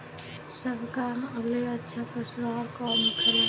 सबका ले अच्छा पशु आहार कवन होखेला?